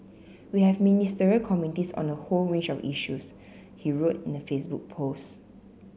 we have Ministerial committees on a whole range of issues he wrote in a Facebook post